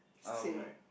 um